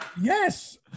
yes